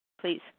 please